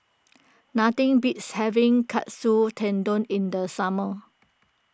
nothing beats having Katsu Tendon in the summer